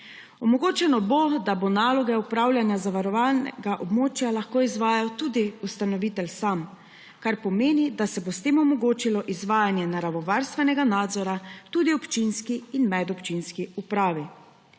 Omogočeno bo, da bo naloge opravljanja zavarovalnega območja lahko izvajal tudi ustanovitelj sam, kar pomeni, da se bo s tem omogočilo izvajanje naravovarstvenega nadzora tudi občinski in medobčinski upravi.